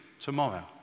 tomorrow